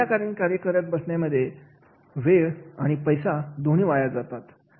विनाकारण कार्य करत बसण्या मध्ये वेळ आणि पैसा दोन्ही वाया जातात